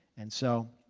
and so,